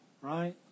right